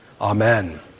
Amen